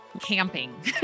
camping